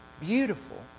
Beautiful